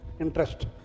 interest